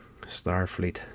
Starfleet